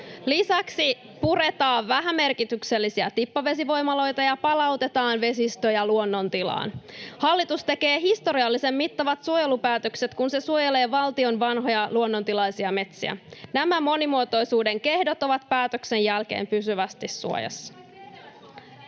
Lisäksi puretaan vähämerkityksellisiä tippavesivoimaloita ja palautetaan vesistöjä luonnontilaan. Hallitus tekee historiallisen mittavat suojelupäätökset, kun se suojelee valtion vanhoja, luonnontilaisia metsiä. Nämä monimuotoisuuden kehdot ovat päätöksen jälkeen pysyvästi suojassa.